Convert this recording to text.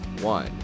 One